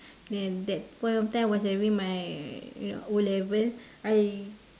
then that point of time was having my O level I